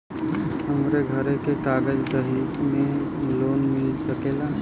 हमरे घरे के कागज दहिले पे लोन मिल सकेला?